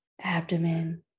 abdomen